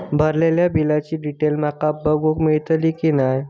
भरलेल्या बिलाची डिटेल माका बघूक मेलटली की नाय?